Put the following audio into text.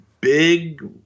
big